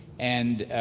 and